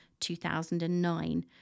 2009